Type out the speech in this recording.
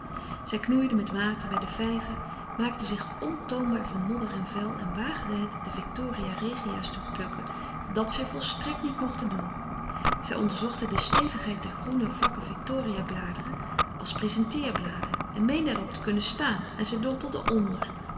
zij knoeiden met water bij den vijver maakten zich ontoonbaar van modder en vuil en waagden het de victoria regia's te plukken dat zij volstrekt niet mochten doen zij onderzochten de stevigheid der groene vlakke victoria bladeren als prezenteerbladen en meenden er op te kunnen staan en zij dompelden onder